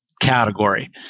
category